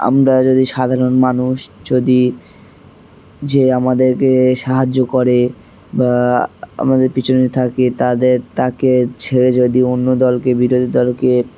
আমরা যদি সাধারণ মানুষ যদি যে আমাদেরকে সাহায্য করে বা আমাদের পিছনে থাকে তাদের তাকে ছেড়ে যদি অন্য দলকে বিরোধী দলকে